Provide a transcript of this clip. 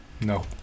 No